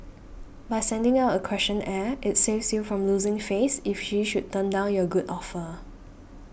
by sending out a questionnaire it saves you from losing face if she should turn down your good offer